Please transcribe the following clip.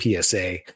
PSA